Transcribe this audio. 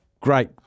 Great